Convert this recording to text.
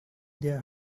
their